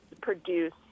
produce